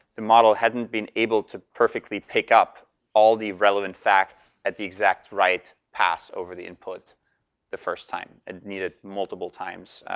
the model hadn't been able to perfectly pick up all the relevant facts at the exact right pass over the input the first time and needed multiple times.